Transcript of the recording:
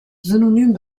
synonym